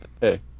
Hey